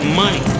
money